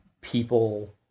people